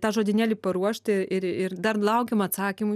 tą žodynėlį paruošti ir ir dar laukiam atsakymų